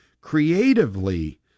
creatively